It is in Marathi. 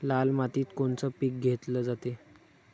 लाल मातीत कोनचं पीक घेतलं जाते?